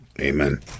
Amen